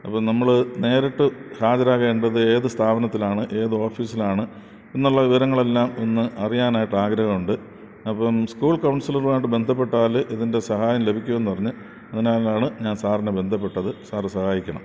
അപ്പോള് നമ്മള് നേരിട്ട് ഹാജരാകേണ്ടത് ഏത് സ്ഥാപനത്തിലാണ് ഏത് ഓഫീസിലാണ് എന്നുള്ള വിവരങ്ങളെല്ലാം ഒന്ന് അറിയാനായിട്ട് ആഗ്രഹം ഉണ്ട് അപ്പോള് സ്കൂള് കൗണ്സിലറുമായിട്ട് ബന്ധപ്പെട്ടാല് ഇതിന്റെ സഹായം ലഭിക്കുമെന്ന് പറഞ്ഞു അതിനാലാണ് ഞാന് സാറിനെ ബന്ധപ്പെട്ടത് സാര് സഹായിക്കണം